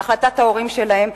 בהחלטת ההורים שלהם.